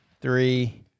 three